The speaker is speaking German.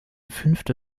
fünfte